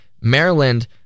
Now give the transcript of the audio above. Maryland